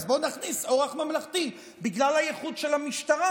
אז בוא נכניס אורח ממלכתי בגלל הייחוד של המשטרה